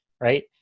Right